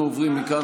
אנחנו עוברים מכאן,